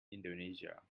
indonesia